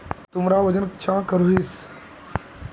तुमरा वजन चाँ करोहिस?